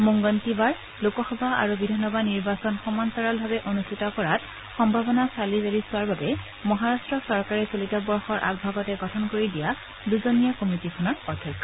মুংগনটিৱাৰ লোকসভা আৰু বিধানসভা নিৰ্বাচন সমান্তৰালভাৱে অনুষ্ঠিত কৰাৰ সম্ভৱনা চালি জাৰি চোৱাৰ বাবে মহাৰাট্ট চৰকাৰে চলিত বৰ্ষৰ আগভাগতে গঠন কৰি দিয়া দুজনীয়া কমিটীখনৰ অধ্যক্ষ